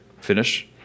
finish